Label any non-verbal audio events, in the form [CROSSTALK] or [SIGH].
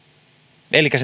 elikkä [UNINTELLIGIBLE]